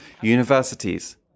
universities